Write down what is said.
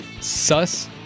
suss